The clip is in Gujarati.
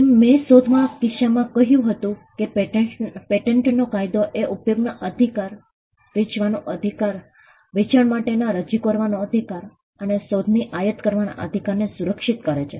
જેમ મેં શોધના કિસ્સામાં કહ્યું હતું કે પેટન્ટનો કાયદો એ ઉપયોગના અધિકાર વેચવાનો અધિકાર વેચાણ માટેનો રજુ કરવાનો અધિકાર અને શોધની આયાત કરવાના અધિકારને સુરક્ષિત કરે છે